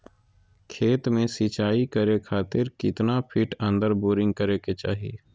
खेत में सिंचाई करे खातिर कितना फिट अंदर बोरिंग करे के चाही?